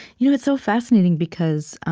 you know it's so fascinating, because